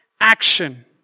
action